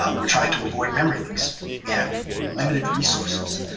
um we're trying to avoid memory leaks. we have limited resources.